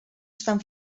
estan